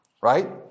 right